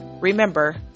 remember